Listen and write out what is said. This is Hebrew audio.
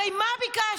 הרי מה ביקשנו?